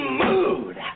mood